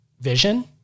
vision